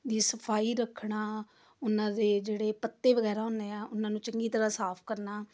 ਦੀ ਸਫ਼ਾਈ ਰੱਖਣਾ ਉਹਨਾਂ ਦੇ ਜਿਹੜੇ ਪੱਤੇ ਵਗੈਰਾ ਹੁੰਦੇ ਆ ਉਹਨਾਂ ਨੂੰ ਚੰਗੀ ਤਰ੍ਹਾਂ ਸਾਫ਼ ਕਰਨਾ